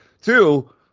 Two